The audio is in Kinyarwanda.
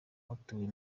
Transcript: gutora